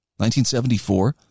1974